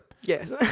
Yes